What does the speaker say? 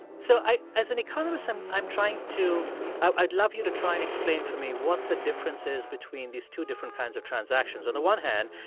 so i as an economist, i'm i'm trying to i'd love you to try and explain for me what the difference is between these two different kinds of transactions. on the one hand,